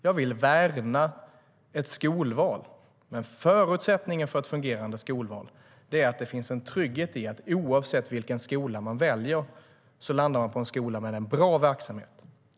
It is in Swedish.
Jag vill värna ett skolval, men förutsättningen för ett fungerande skolval är att det finns en trygghet att man, oavsett vilken skola man väljer, hamnar i en skola med en bra verksamhet.